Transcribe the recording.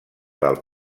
del